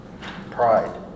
pride